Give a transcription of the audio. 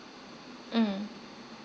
mm